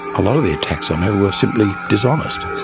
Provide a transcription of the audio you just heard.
a lot of the attacks on her were simply dishonest,